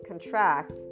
contract